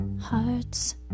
hearts